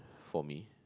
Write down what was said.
for me